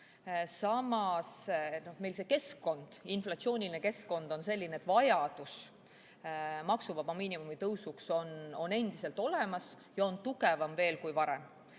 Samas, meil see inflatsiooniline keskkond on selline, et vajadus maksuvaba miinimumi tõusuks on endiselt olemas ja see on veel tugevam kui varem.